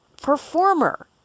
Performer